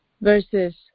verses